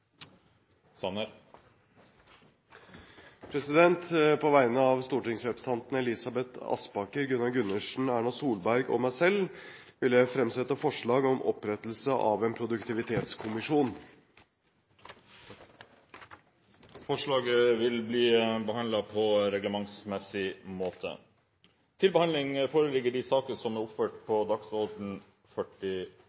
På vegne av stortingsrepresentantene Elisabeth Aspaker, Gunnar Gundersen, Erna Solberg og meg selv vil jeg fremsette forslag om opprettelse av en produktivitetskommisjon. Forslaget vil bli behandlet på reglementsmessig måte.